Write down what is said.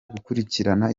gukurikirana